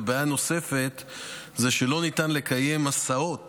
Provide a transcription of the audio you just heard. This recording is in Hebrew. בעיה נוספת היא שלא ניתן לקיים הסעות